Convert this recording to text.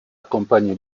accompagne